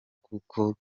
kuko